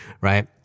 right